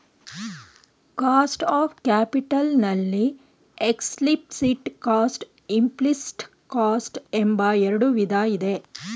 cost of capital ನಲ್ಲಿ explicit cost, implicit cost ಎಂಬ ಎರಡು ವಿಧ ಇದೆ